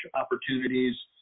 opportunities